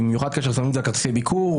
במיוחד כאשר שמים את זה על כרטיסי ביקור,